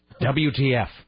WTF